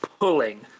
pulling